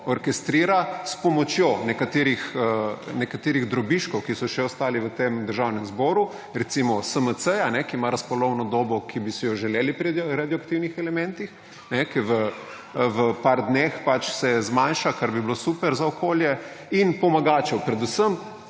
orkestrira, s pomočjo nekaterih drobižkov, ki so še ostali v tem Državnem zboru. Recimo SMC-ja, ki ima razpolovno dobo, ki bi si jo želeli pri radioaktivnih elementih, ki v par dneh pač se zmanjša, kar bi bilo super za okolje, in pomagačev, predvsem